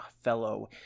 fellow